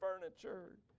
furniture